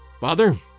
Father